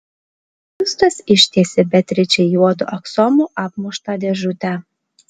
justas ištiesė beatričei juodu aksomu apmuštą dėžutę